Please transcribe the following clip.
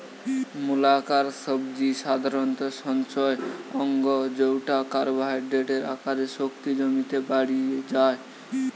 মূলাকার সবজি সাধারণত সঞ্চয় অঙ্গ জউটা কার্বোহাইড্রেটের আকারে শক্তি জমিতে বাড়ি যায়